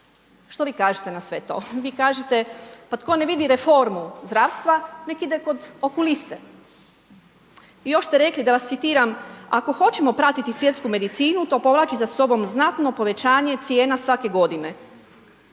Što vi kažete na sve to? Vi kažete, pa tko ne vidi reformu zdravstva, neka ide kod okuliste. Još ste rekli, da vas citiram, ako hoćemo pratiti svjetsku medicinu, to povlači za sobom znatno povećanje cijena svake godine.